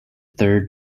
third